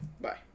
Bye